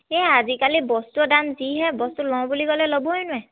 এই আজিকালি বস্তুৰ দাম যিহে বস্তু লওঁ বুলি ক'লে ল'বই নোৱাৰে